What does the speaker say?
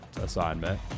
assignment